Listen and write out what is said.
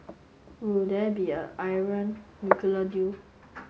will there be a nuclear deal